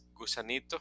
gusanito